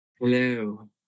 Hello